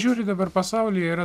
žiūri dabar pasaulyje yra